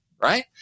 Right